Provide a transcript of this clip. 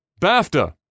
BAFTA